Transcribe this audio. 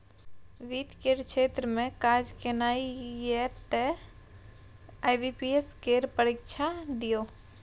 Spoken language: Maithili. वित्त केर क्षेत्र मे काज केनाइ यै तए आई.बी.पी.एस केर परीक्षा दियौ